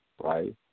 right